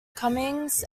cummings